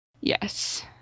Yes